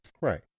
right